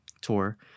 tour